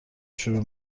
شروع